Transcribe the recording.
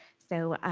so,